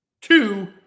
two